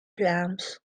vlaams